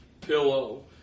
pillow